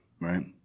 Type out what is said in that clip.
right